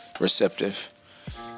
receptive